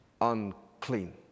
unclean